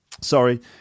Sorry